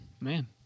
Man